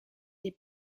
des